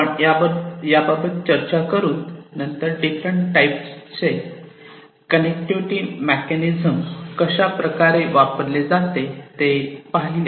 आपण याबाबत चर्चा करून नंतर डिफरंट टाईप चे कनेक्टिविटी मेकॅनिझम कशाप्रकारे वापरले जाते ते बघितले